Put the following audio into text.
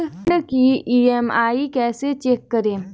ऋण की ई.एम.आई कैसे चेक करें?